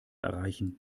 erreichen